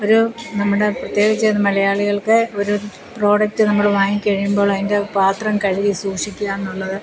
ഒരു നമ്മളുടെ പ്രത്യേകിച്ചു മലയാളികൾക്ക് ഒരു പ്രോഡക്ട് നമ്മൾ വാങ്ങി കഴിയുമ്പോൾ അതിൻ്റെ പാത്രം കഴുകി സൂക്ഷിക്കുക എന്നുള്ളത്